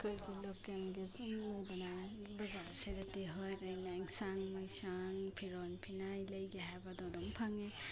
ꯑꯩꯈꯣꯏꯒꯤ ꯂꯣꯀꯦꯜꯒꯤ ꯁꯨꯝ ꯂꯩꯗꯅ ꯕꯥꯖꯥꯔꯁꯤꯗꯗꯤ ꯍꯣꯏꯗꯗꯤ ꯑꯦꯟꯁꯥꯡ ꯃꯩꯁꯥꯟ ꯐꯤꯔꯣꯟ ꯐꯤꯅꯥꯏ ꯂꯩꯒꯦ ꯍꯥꯏꯕꯗꯨ ꯑꯗꯨꯝ ꯐꯪꯉꯤ